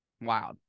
Wow